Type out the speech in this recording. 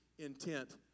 intent